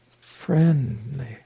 friendly